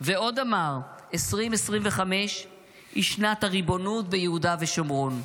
ועוד אמר: "2025 היא שנת הריבונות ביהודה ושומרון".